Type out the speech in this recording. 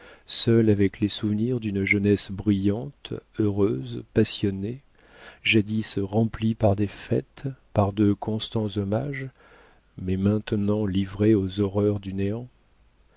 seule avec les souvenirs d'une jeunesse brillante heureuse passionnée jadis remplie par des fêtes par de constants hommages mais maintenant livrée aux horreurs du néant